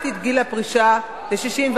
אוטומטית גיל הפרישה ל-64.